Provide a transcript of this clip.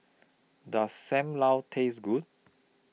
Does SAM Lau Taste Good